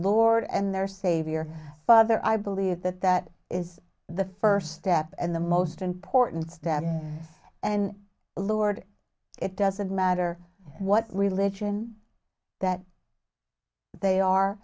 lord and their savior father i believe that that is the first step and the most important step and lord it doesn't matter what religion that they are